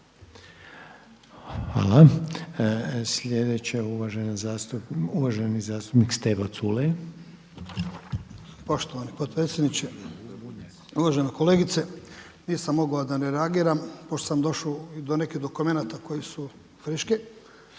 Hvala. Sljedeća je uvaženi zastupnik Stevo Culej. **Culej, Stevo (HDZ)** Poštovani potpredsjedniče. Uvažena kolegice, nisam mogao a da ne reagiram. Pošto sam došao do nekih dokumenata koji su friški,